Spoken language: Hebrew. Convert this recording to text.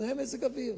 תנאי מזג אוויר.